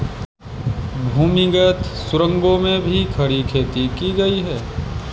भूमिगत सुरंगों में भी खड़ी खेती की गई